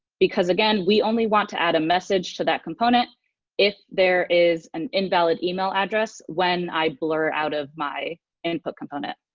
because, again, we only want to add a message to that component if there is an invalid email address when i blur out of my in put component.